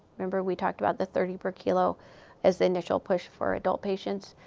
remember, we talked about the thirty per kilo as the initial push for adult patients?